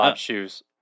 shoes